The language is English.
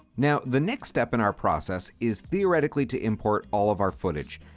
now, the next step in our process is theoretically to import all of our footage.